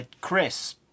Chris